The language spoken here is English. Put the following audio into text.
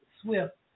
swift